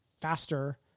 faster